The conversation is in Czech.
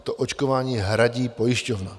To očkování hradí pojišťovna.